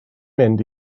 mynd